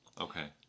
Okay